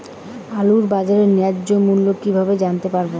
আলুর বাজার ন্যায্য মূল্য কিভাবে জানতে পারবো?